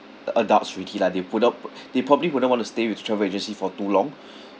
a~ adults already lah they put up they probably wouldn't want to stay with the travel agency for too long